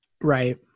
Right